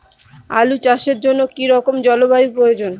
আলু চাষের জন্য কি রকম জলবায়ুর প্রয়োজন?